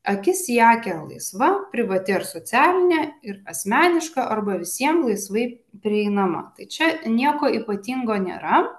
akis į akį laisva privati ar socialinė ir asmeniška arba visiems laisvai prieinama tai čia nieko ypatingo nėra